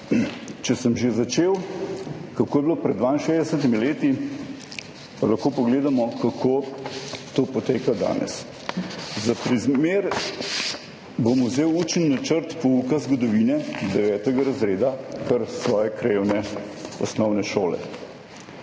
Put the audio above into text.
Če sem že začel, kako je bilo pred 62 leti, pa lahko pogledamo, kako to poteka danes. Za primer bom vzel učni načrt pouka zgodovine devetega razreda kar svoje krajevne osnovne šole: